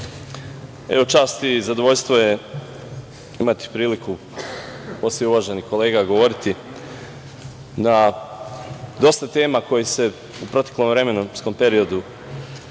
čast i zadovoljstvo je imati priliku posle uvaženih kolega govoriti na dosta tema koje su se u proteklom vremenskom periodu